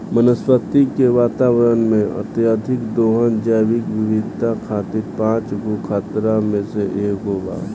वनस्पति के वातावरण में, अत्यधिक दोहन जैविक विविधता खातिर पांच गो खतरा में से एगो बा